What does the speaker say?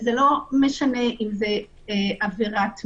וזה לא משנה אם זאת עבירת מין,